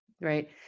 Right